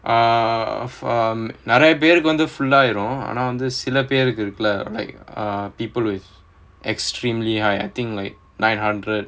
uh um நெறய பேருக்கு வந்து:neraya peruku vanthu full ah ஆயிடும்:aayidum like err people with extremely high I think like nine hundred